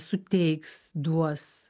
suteiks duos